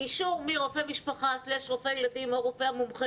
אישור מרופא משפחה/רופא ילדים או הרופא המומחה